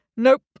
Nope